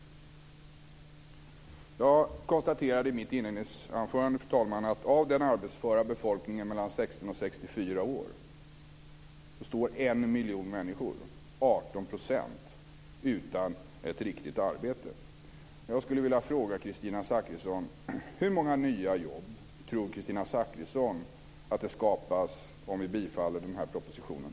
Jag konstaterade i mitt inledningsanförande att av den arbetsföra befolkningen mellan 16 och 64 år står en miljon människor - 18 %- utan ett riktigt arbete. Jag vill fråga Kristina Zakrisson: Hur många nya jobb tror Kristina Zakrisson att det skapas om vi bifaller propositionen?